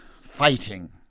fighting